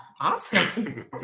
Awesome